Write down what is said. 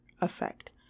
effect